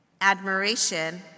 admiration